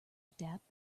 adapt